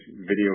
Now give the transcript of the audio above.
video